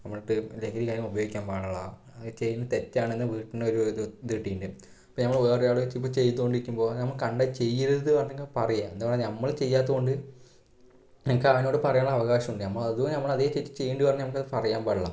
നമ്മള് ഇപ്പോൾ ലഹരി കാര്യങ്ങള് ഉപയോഗിക്കാൻ പാടില്ല അത് ചെയ്യുന്നത് തെറ്റാണെന്ന് വീട്ടിൽ നിന്ന് ഒരിത് കിട്ടിയിട്ടുണ്ട് ഇപ്പോൾ ഞങ്ങള് വേറൊരാള് ഇപ്പോൾ ചെയ്തോണ്ടിരിക്കുമ്പോൾ നമ്മള് കണ്ടാൽ ചെയ്യരുത് എന്നങ്ങ് പറയുക എന്താ പറയുക നമ്മള് ചെയ്യാത്ത കൊണ്ട് നിങ്ങൾക്ക് അവനോട് പറയാനുള്ള അവകാശമുണ്ട് നമ്മളത് നമ്മളതേ തെറ്റ് ചെയ്താൽ പറഞ്ഞാൽ പറയാൻ പാടില്ല